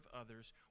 others